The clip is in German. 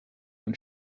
und